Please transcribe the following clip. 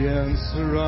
answer